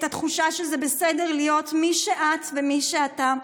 התחושה שזה בסדר להיות מי שאת ומי שאתה.